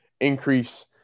increase